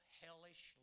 hellish